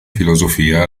filosofia